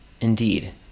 Indeed